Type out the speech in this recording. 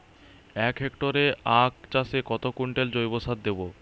এক হেক্টরে আখ চাষে কত কুইন্টাল জৈবসার দেবো?